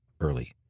early